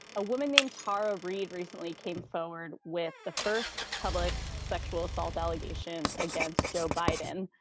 a woman named tara reid recently came forward with the first public sexual assault allegation against joe biden.